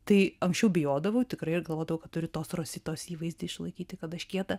tai anksčiau bijodavau tikrai ir galvodavau kad turiu tos rositos įvaizdį išlaikyti kad aš kieta